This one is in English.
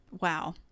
Wow